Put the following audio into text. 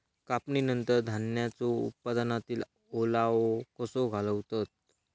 कापणीनंतर धान्यांचो उत्पादनातील ओलावो कसो घालवतत?